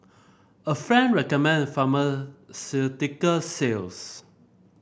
a friend recommend pharmaceutical sales